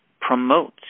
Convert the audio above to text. promotes